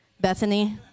Bethany